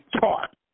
taught